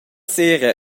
sera